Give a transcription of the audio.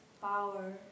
Power